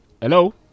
hello